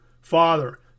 Father